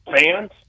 fans